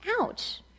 Ouch